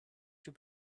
too